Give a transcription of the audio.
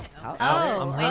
o